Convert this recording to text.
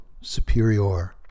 Superior